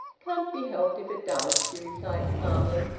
can't be helped if it does, she replied calmly.